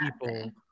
people